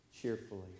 cheerfully